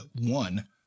one